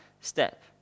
step